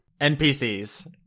NPCs